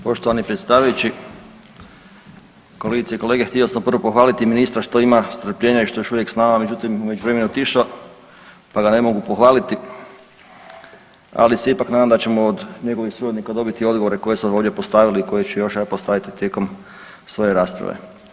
Poštovani predsjedavajući, kolegice i kolege htio sam prvo pohvaliti ministra što ima strpljenja i što je još uvijek s nama, međutim u međuvremenu je otišao pa ga ne mogu pohvaliti, ali se ipak nadam da ćemo od naših suradnika dobiti odgovore koje smo ovdje postavili i koje ću još ja postaviti tijekom svoje rasprave.